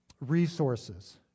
resources